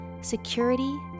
security